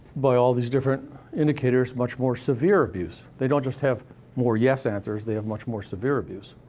by all these different indicators, much more severe abuse. they don't just have more yes answers, they have much more severe abuse.